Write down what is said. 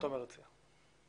שתומר הציע.